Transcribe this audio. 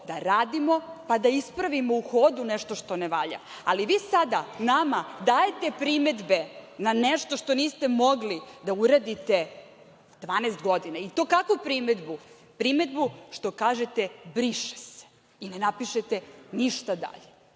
da radimo pa da ispravimo u hodu nešto što ne valja, ali vi sada nama dajete primedbe na nešto što niste mogli da uradite 12 godina. I to kakvu primedbu, primedbu što kažete briše se i ne napišete ništa dalje. Mi